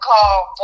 call